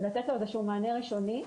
ולתת לו איזשהו מענה ראשוני.